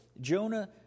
Jonah